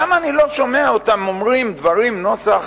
למה אני לא שומע אותם אומרים דברים נוסח